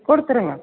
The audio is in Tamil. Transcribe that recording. கொடுத்துருங்க